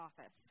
office